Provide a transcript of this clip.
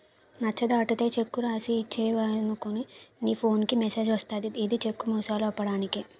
నచ్చ దాటితే చెక్కు రాసి ఇచ్చేవనుకో నీ ఫోన్ కి మెసేజ్ వస్తది ఇది చెక్కు మోసాలు ఆపడానికే